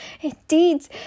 indeed